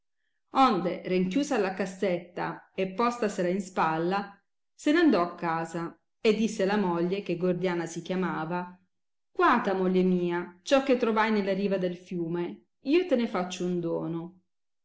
onde renchiusa la cassetta e postasela in spalla se n andò a casa e disse alla moglie che gordiana si chiamava guata moglie mia ciò che trovai nella riva del fiume io te ne faccio un dono